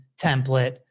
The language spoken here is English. template